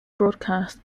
broadcast